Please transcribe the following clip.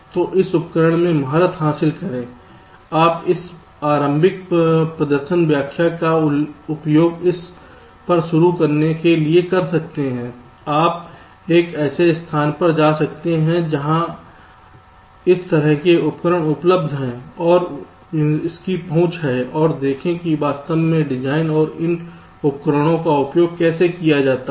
तो इस उपकरण में महारत हासिल करें आप इस आरंभिक प्रदर्शन व्याख्यान का उपयोग इस पर शुरू करने के लिए कर सकते हैं आप एक ऐसे स्थान पर जा सकते हैं जहाँ इस तरह के उपकरण उपलब्ध हैं और इसकी पहुँच है और देखें कि वास्तव में डिज़ाइन और इन उपकरणों का उपयोग कैसे किया जाता है